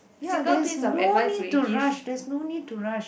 ya there's no need to rush there's no need to rush